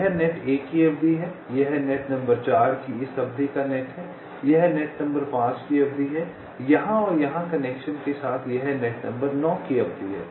यह नेट 1 की अवधि है यह नेट नंबर 4 की इस अवधि का नेट है यह नेट नंबर 5 की अवधि है यहां और यहां कनेक्शन के साथ यह नेट नंबर 9 की अवधि है